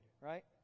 right